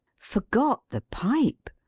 forgot the pipe!